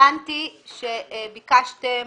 הבנתי שביקשתם